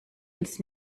uns